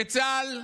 בצה"ל,